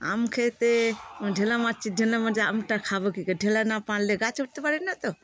আম খেতে ঢেলা মারছি ঢেলা মারছি আমটা খাব কি করে ঢেলা না মারলে গাছে উঠতে পারি না তো